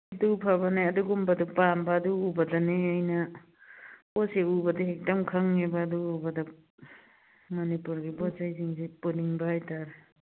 ꯑꯗꯨ ꯐꯕꯅꯦ ꯑꯗꯨꯒꯨꯝꯕꯗꯨ ꯄꯥꯝꯕ ꯑꯗꯨ ꯎꯕꯗꯅꯦ ꯑꯩꯅ ꯄꯣꯠꯁꯦ ꯎꯕꯗ ꯍꯦꯛꯇ ꯈꯪꯉꯦꯕ ꯑꯗꯨ ꯎꯕꯗ ꯃꯅꯤꯄꯨꯔꯒꯤ ꯄꯣꯠꯆꯩꯁꯤꯡꯁꯦ ꯄꯨꯅꯤꯡꯕ ꯍꯥꯏꯇꯥꯔꯦ